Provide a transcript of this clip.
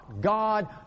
God